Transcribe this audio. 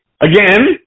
again